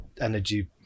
energy